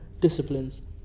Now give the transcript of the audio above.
disciplines